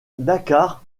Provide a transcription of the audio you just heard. dakar